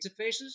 Interfaces